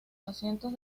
asientos